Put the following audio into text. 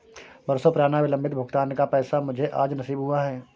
बरसों पुराना विलंबित भुगतान का पैसा मुझे आज नसीब हुआ है